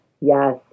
yes